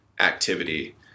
activity